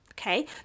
Okay